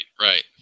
right